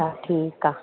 हा ठीकु आहे